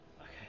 okay